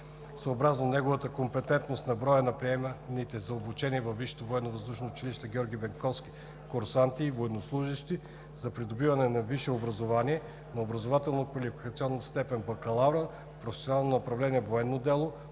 съобразно неговата компетентност на броя на приеманите за обучение във Висшето военновъздушно училище „Георги Бенковски“ курсанти и военнослужещи за придобиване на висше образование на образователно-квалификационната степен „бакалавър“ в професионално направление „Военно дело“